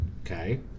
Okay